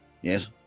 Yes